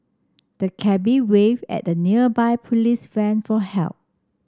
the cabby wave at a nearby police van for help